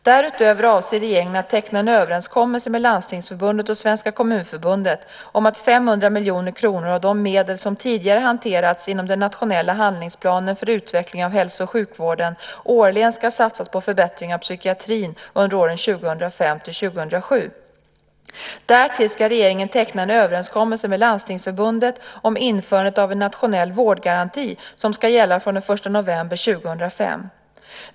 Därutöver avser regeringen att teckna en överenskommelse med Landstingsförbundet och Svenska Kommunförbundet om att 500 miljoner kronor av de medel som tidigare hanterats inom den nationella handlingsplanen för utveckling av hälso och sjukvården årligen ska satsas på förbättringar av psykiatrin under åren 2005-2007. Därtill ska regeringen teckna en överenskommelse med Landstingsförbundet om införandet av en nationell vårdgaranti som ska gälla från den 1 november 2005.